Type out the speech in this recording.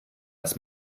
das